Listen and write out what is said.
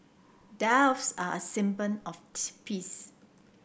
doves are a of peace